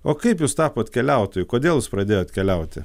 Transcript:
o kaip jūs tapot keliautoju kodėl jūs pradėjot keliauti